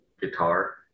guitar